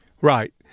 Right